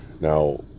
Now